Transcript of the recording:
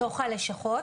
בתוך הלשכות?